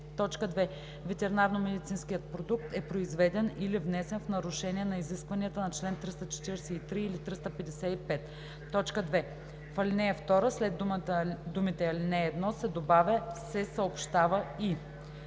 и 11; 2. ветеринарномедицинският продукт е произведен или внесен в нарушение на изискванията на чл. 343 или 355.“ 2. В ал. 2 след думите „ал. 1“ се добавя „се съобщава и“.“